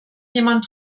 jemand